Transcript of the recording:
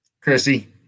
Chrissy